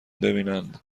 ببینن